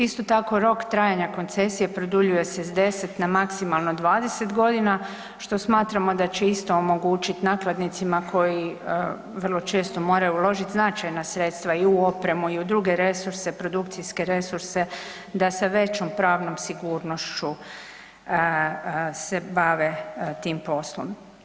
Isto tako rok trajanja koncesije produljuje se s 10 na maksimalno 20 godina, što smatramo da će isto omogućiti nakladnicima koji vrlo često moraju uložiti značajna sredstva i u opremu i u druge resurse, produkcijske resurse da se većom pravnom sigurnošću se bave tim poslom.